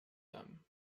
them